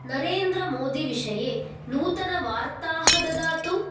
नरेन्द्र मोदि विषये नूतनवार्ताः ददातु